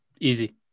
Easy